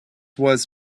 was